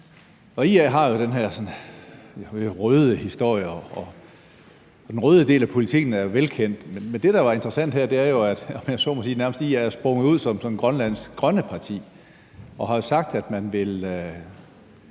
IA har jo den her sådan røde historie, og den røde del af politikken er jo velkendt, men det, der er interessant her, er jo, at IA, om man så må sige, nærmest er sprunget ud som Grønlands grønne parti og har sagt, at man vil